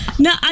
No